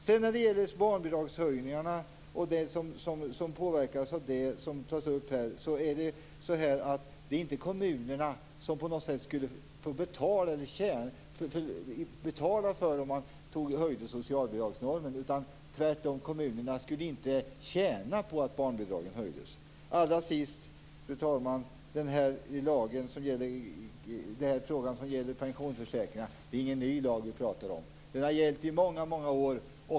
När det sedan gäller barnbidragshöjningarna och det som påverkas av det som tas upp här vill jag säga att kommunernas kostnader inte skulle öka, om socialbidragsnormen höjdes. Tvärtom skulle kommunerna inte tjäna på att barnbidragen höjdes. Allra sist, fru talman, vill jag beträffande pensionsförsäkringarna säga att vi inte talar om någon ny lag. Lagen i fråga har gällt i många år.